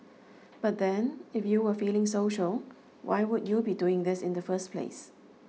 but then if you were feeling social why would you be doing this in the first place